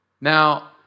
Now